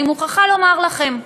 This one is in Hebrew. אני מוכרחה לומר לכם,